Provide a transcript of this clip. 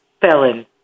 felon